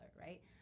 right